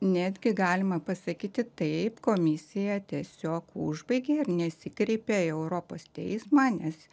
netgi galima pasakyti taip komisija tiesiog užbaigė ir nesikreipė į europos teismą nes